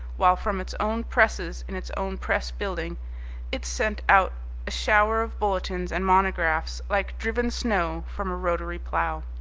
while from its own presses in its own press-building it sent out a shower of bulletins and monographs like driven snow from a rotary plough.